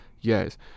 yes